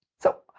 so,